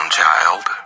child